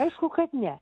aišku kad ne